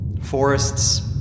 Forests